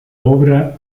obra